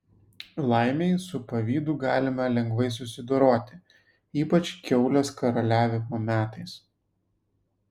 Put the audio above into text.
laimei su pavydu galima lengvai susidoroti ypač kiaulės karaliavimo metais